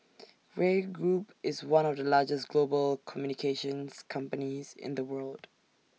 Grey Group is one of the largest global communications companies in the world